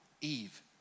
Eve